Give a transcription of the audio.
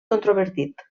controvertit